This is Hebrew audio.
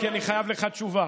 כי אני חייב לך תשובה,